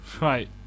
Right